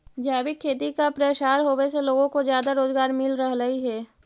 जैविक खेती का प्रसार होवे से लोगों को ज्यादा रोजगार मिल रहलई हे